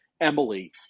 Emily